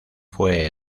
fue